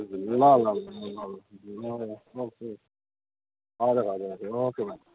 ल ल ल हजुर हजुर ओके भाइ